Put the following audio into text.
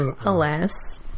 Alas